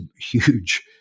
huge